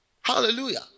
Hallelujah